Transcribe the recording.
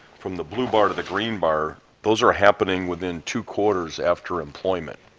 from the blue bar to the green bar, those are happening within two quarters after employment.